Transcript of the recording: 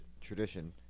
tradition